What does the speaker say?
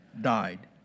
died